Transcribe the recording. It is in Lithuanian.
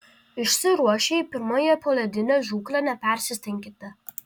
išsiruošę į pirmąją poledinę žūklę nepersistenkite